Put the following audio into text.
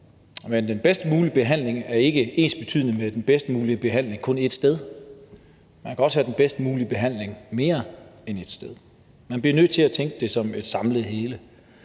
Men den bedst mulige behandling er ikke ensbetydende med den bedst mulige behandling kun ét sted. Man kan også have den bedst mulige behandling mere end ét sted. Man bliver nødt til at tænke det som et samlet hele,